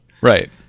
Right